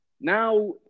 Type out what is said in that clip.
Now